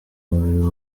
umubiri